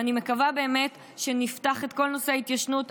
ואני מקווה באמת שנפתח את כל נושא ההתיישנות.